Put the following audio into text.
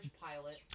pilot